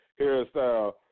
hairstyle